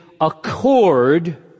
accord